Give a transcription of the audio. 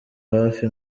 hafi